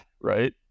right